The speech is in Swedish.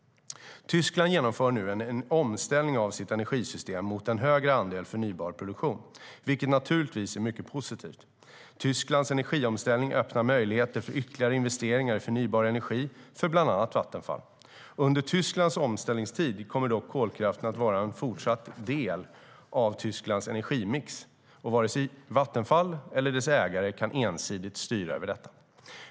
Tyskland genomför nu en omställning av sitt energisystem mot en högre andel förnybar produktion, vilket naturligtvis är mycket positivt. Tysklands energiomställning öppnar möjligheter för ytterligare investeringar i förnybar energi för bland annat Vattenfall. Under Tysklands omställningstid kommer dock kolkraft fortsatt att vara en del av Tysklands energimix, och vare sig Vattenfall eller dess ägare kan ensidigt styra över detta.